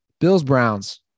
Bills-Browns